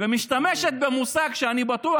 ומשתמשת במושג שאני בטוח,